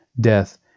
death